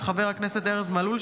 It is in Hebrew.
של חבר הכנסת ארז מלול,